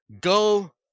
Go